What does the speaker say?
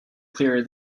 clearer